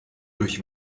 durch